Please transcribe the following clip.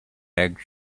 legs